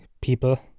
people